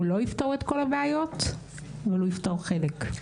הוא לא יפתור את כל הבעיות אבל הוא יפתור חלק.